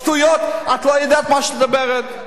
שטויות, את לא יודעת מה שאת מדברת.